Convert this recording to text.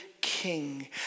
King